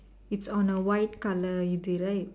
it's on a white colour இது:ithu right